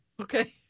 Okay